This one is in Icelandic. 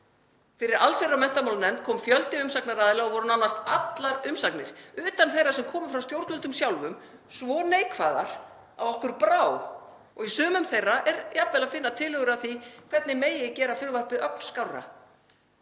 Fyrir allsherjar- og menntamálanefnd kom fjöldi umsagnaraðila og voru nánast allar umsagnir, utan þeirra sem koma frá stjórnvöldum sjálfum, svo neikvæðar að okkur brá og í sumum þeirra er jafnvel að finna tillögur að því hvernig megi gera frumvarpið ögn skárra.